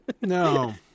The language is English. No